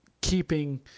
keeping